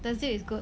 the zip is good